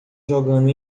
jogando